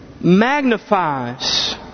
magnifies